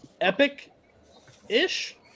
Epic-ish